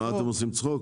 מה, אתם עושים צחוק?